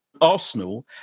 Arsenal